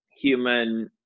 human